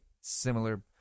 similar